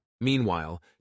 Meanwhile